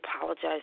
apologize